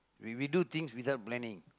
we we do things without planning